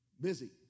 busy